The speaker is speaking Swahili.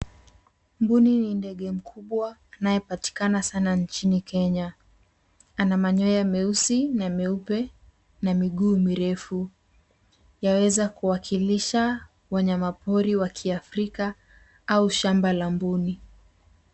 Mbuni ni ndege mkubwa anaye patikana sana nchini Kenya, ana manyoya meusi na meupe, na miguu mirefu. Yaweza kuwakilisha, wanyama pori wa kiafrika, au shamba la mbuni.